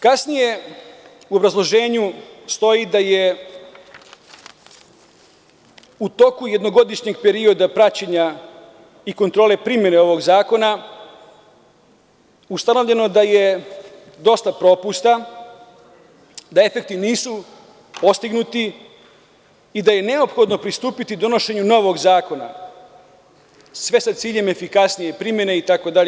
Kasnije, u obrazloženju stoji da je u toku jednogodišnjeg perioda praćenja i kontrole primene ovog zakona ustanovljeno da je dosta propusta, da efekti nisu postignuti i da je neophodno pristupiti donošenju novog zakona, sve sa ciljem efikasnije primene itd.